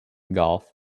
golf